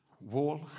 wall